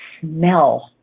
smell